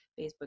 Facebook